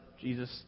Jesus